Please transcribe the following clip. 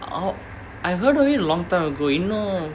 oh I heard of it long time ago you know